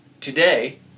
Today